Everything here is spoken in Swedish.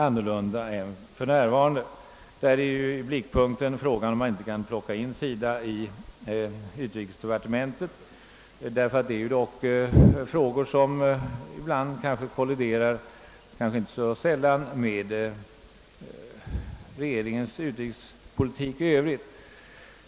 I blickpunkten står frågan om man inte kan plocka in SIDA i utrikesdepartementet — SIDA handlägger ju frågor som kanske inte så sällan kolliderar med regeringens utrikespolitik i övrigt.